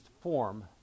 form